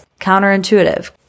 counterintuitive